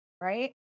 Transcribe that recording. right